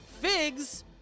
Figs